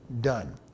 done